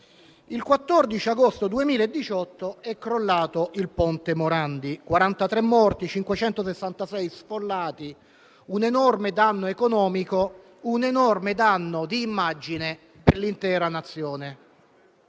Il 14 agosto 2018 è crollato il ponte Morandi, provocando 43 morti e 566 sfollati, un enorme danno economico e un enorme danno di immagine per l'intera Nazione.